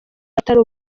atari